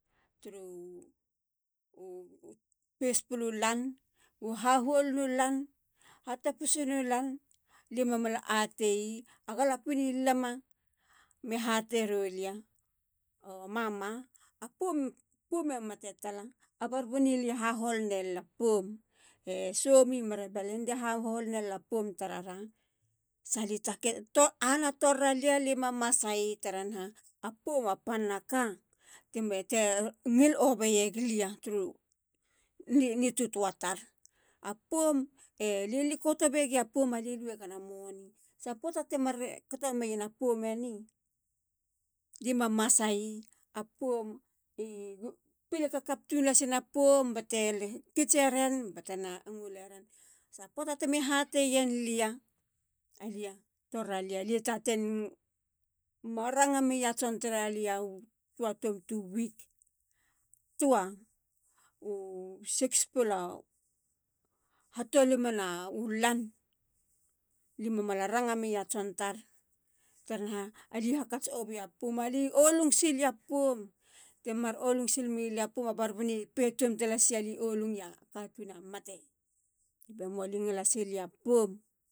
Turu. u firstpla u lan. u hahuolinu lan. hatopisanu lan. lie mamala ateyi. a galapien i lama. me hatero lia. o mama. a poum e mate tala. a berebana ili e hahol nelila poum tara ra. sali take. i ahana torir. lia mamasayi. tara naha, apoum a pana ka. te ngil ova yeg lia turu nitoatoa tar. a poum. a lie likoto begia poum. alie luegena money. sa poata te markato meyena poum eni. li mamasayi. a poum i pile kakap tun lasina poum bate kitseren. batena nguleren. sa poata timi hateyenlia. alia. torir alia. li taten ma ranga meya tson tar. tara naha. ali hakats ove ya poum. ali olung siliya a poum. temar olung silmi lia poum. a barbani petomtalasi a li olungia katun a mate kabe moa. ali ngala siliya poum.